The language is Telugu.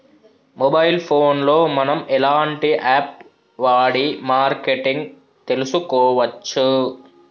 మొబైల్ ఫోన్ లో మనం ఎలాంటి యాప్ వాడి మార్కెటింగ్ తెలుసుకోవచ్చు?